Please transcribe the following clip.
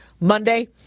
Monday